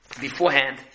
beforehand